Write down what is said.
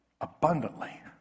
abundantly